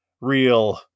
real